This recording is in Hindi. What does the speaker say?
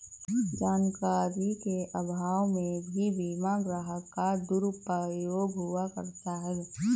जानकारी के अभाव में भी बीमा ग्राहक का दुरुपयोग हुआ करता है